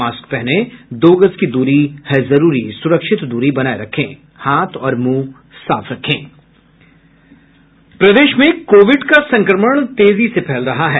mask पहनें दो गज दूरी है जरूरी सुरक्षित दूरी बनाये रखें हाथ और मुंह साफ रखें अब समाचार विस्तार से प्रदेश में कोविड का संक्रमण तेजी से फैल रहा है